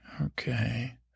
Okay